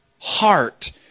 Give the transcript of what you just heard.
heart